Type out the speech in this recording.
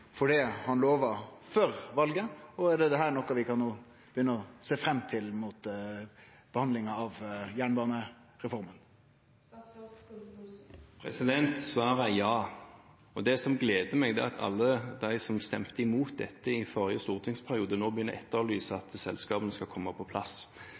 for det han lova før valet? Og er dette noko vi nå kan begynne å sjå fram til i samband med behandlinga av jernbanereforma? Svaret er ja. Og det som gleder meg, er at alle de som stemte imot dette i forrige stortingsperiode, nå begynner å etterlyse at selskapene skal komme på plass.